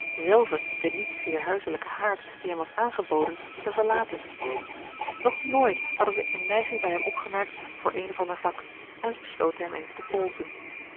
zelven den niet zeer huiselijken haard die hem was aangeboden te verlaten nog nooit hadden zij eene neiging bij hem opgemerkt voor een of ander vak en zij besloten hem eens te polsen